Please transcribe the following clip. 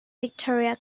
victoria